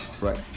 right